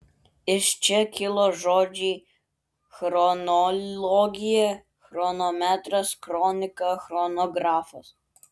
iš čia kilo žodžiai chronologija chronometras kronika chronografas